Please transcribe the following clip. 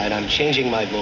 and i'm changing my vote,